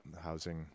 housing